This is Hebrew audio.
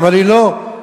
אמר לי: לא,